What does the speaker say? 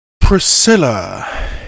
Priscilla